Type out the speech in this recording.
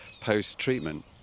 post-treatment